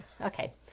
Okay